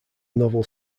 novel